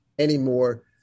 Anymore